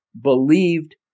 believed